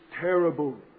terrible